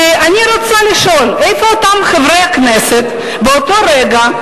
אני רוצה לשאול: איפה אותם חברי הכנסת באותו רגע,